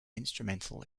instrumental